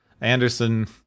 Anderson